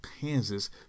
Kansas